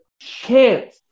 chance